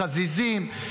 חזיזים,